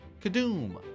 Kadoom